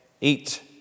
eat